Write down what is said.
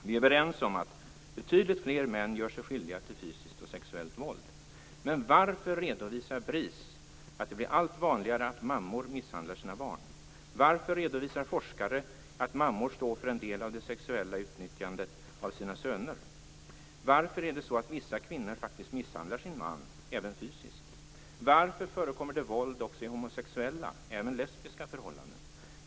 Vi är överens om att betydligt fler män gör sig skyldiga till fysiskt och sexuellt våld. Men varför redovisar BRIS att det blir allt vanligare att mammor misshandlar sina barn? Varför redovisar forskare att mammor står för en del av det sexuella utnyttjandet av sina söner? Varför är det så att vissa kvinnor faktiskt misshandlar sin man, även fysiskt? Varför förekommer det våld också i homosexuella, även lesbiska förhållanden?